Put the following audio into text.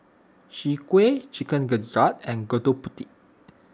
Chwee Kueh Chicken Gizzard and Gudeg Putih